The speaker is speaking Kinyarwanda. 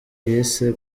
yise